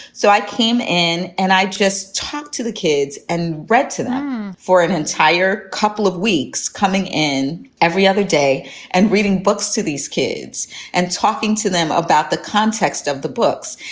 so i came in and i just talked to the kids and read to them for an entire couple of weeks, coming in every other day and reading books to these kids and talking to them about the context of the books.